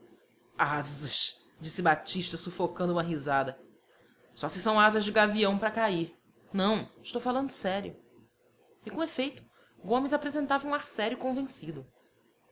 asas asas disse batista sufocando uma risada só se são asas de gavião para cair não estou falando sério e com efeito gomes apresentava um ar sério e convencido